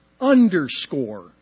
underscore